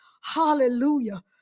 hallelujah